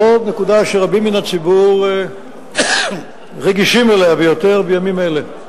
זאת נקודה שרבים מן הציבור רגישים אליה ביותר בימים אלה.